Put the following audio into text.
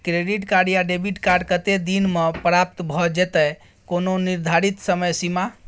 Credit या debit card कत्ते दिन म प्राप्त भ जेतै, कोनो निर्धारित समय सीमा?